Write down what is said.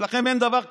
אצלכם אין דבר כזה.